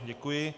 Děkuji.